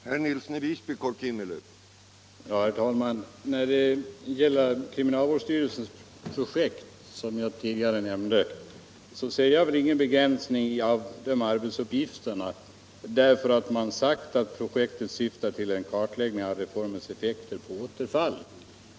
Herr talman! När det gäller kriminalvårdsstyrelsens projekt, som jag tidigare nämnde, ser jag ingen begränsning i arbetsuppgifterna. Man har nämligen sagt att projektet syftar till en kartläggning av reformens effekter på återfall.